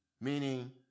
meaning